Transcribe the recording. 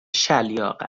شَلیاق